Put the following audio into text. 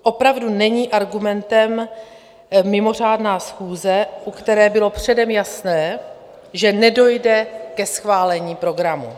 Opravdu není argumentem mimořádná schůze, u které bylo předem jasné, že nedojde ke schválení programu.